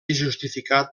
justificat